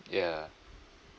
yeah